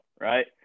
right